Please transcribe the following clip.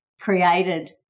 created